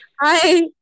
Hi